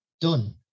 done